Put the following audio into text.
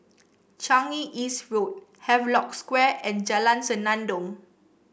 Changi East Road Havelock Square and Jalan Senandong